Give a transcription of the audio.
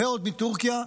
ועוד מטורקיה.